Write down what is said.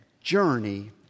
journey